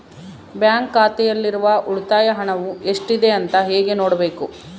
Bank ಖಾತೆಯಲ್ಲಿರುವ ಉಳಿತಾಯ ಹಣವು ಎಷ್ಟುಇದೆ ಅಂತ ಹೇಗೆ ನೋಡಬೇಕು?